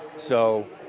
so